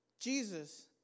Jesus